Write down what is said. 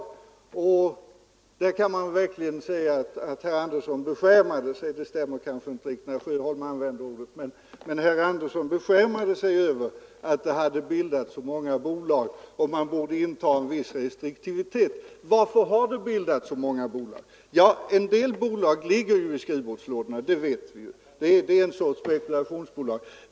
I det här fallet kan man verkligen säga att herr Andersson i Södertälje beskärmade sig — det stämde kanske inte riktigt när herr Sjöholm använde det ordet — över att det hade bildats så många bolag, och ansåg att det borde finnas en viss restriktivitet. Varför har det då bildats så många bolag? En del bolag ligger i skrivbordslådorna — det vet vi.